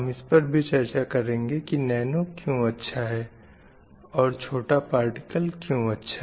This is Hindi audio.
हम इस पर भी चर्चा करेंगे की नैनो क्यूँ अच्छा है और छोटा पार्टिकल क्यूँ अच्छा है